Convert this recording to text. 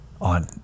on